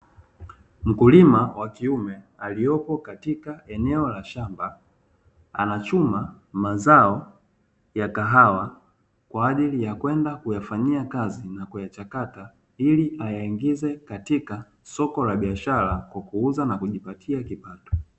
Mkulima wa kiume aliopo katika eneo la shamba anachuma mazao ya kahawa kwa ajili ya kwenda kuyafanyia kazi na kuyachakata, ili ayaingize katika soko la biashara kwa kuuza na kujipatia kipato.